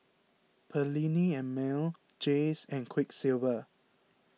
Perllini and Mel Jays and Quiksilver